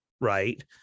right